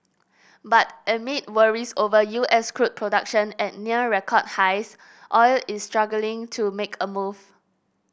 but amid worries over U S crude production at near record highs oil is struggling to make a move